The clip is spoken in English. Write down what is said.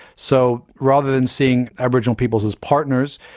so rather than seeing aboriginal peoples as partners,